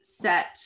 set